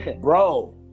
bro